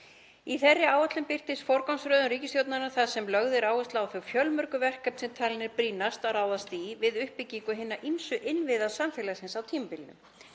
Í þeirri áætlun birtist forgangsröðun ríkisstjórnarinnar þar sem lögð er áhersla á þau fjölmörgu verkefni sem talið er brýnast að ráðast í við uppbyggingu hinna ýmsu innviða samfélagsins á tímabilinu.